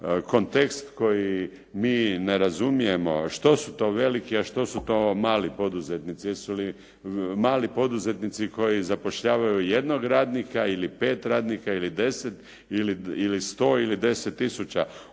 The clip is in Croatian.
kontekst koji mi ne razumijemo. Što su to veliki, a špto su to mali poduzetnici? Jesu li mali poduzetnici koji zapošljavaju jednog radnika ili 5 radnika ili 10 ili 100 ili 10 tisuća?